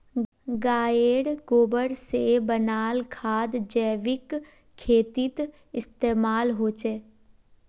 गायेर गोबर से बनाल खाद जैविक खेतीत इस्तेमाल होछे